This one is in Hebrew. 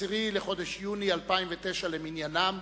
בחודש סיוון התשס"ט, 10 בחודש יוני 2009 למניינם.